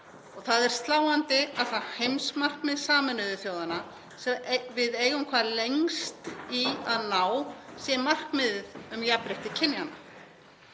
Það er sláandi að það heimsmarkmið Sameinuðu þjóðanna sem við eigum hvað lengst í að ná sé markmiðið um jafnrétti kynjanna.